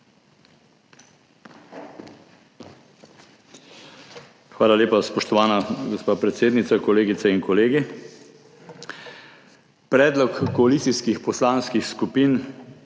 Hvala lepa, spoštovana gospa predsednica. Kolegice in kolegi! Predlog koalicijskih poslanskih skupin